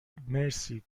مرسی